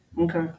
okay